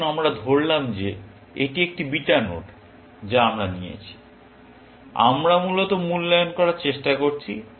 আসুন আমরা ধরলাম যে এটি একটি বিটা নোড যা আমরা নিয়েছি আমরা মূলত মূল্যায়ন করার চেষ্টা করছি